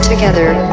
together